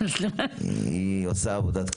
היא עושה עבודת קודש.